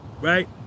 right